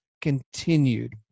continued